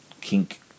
kink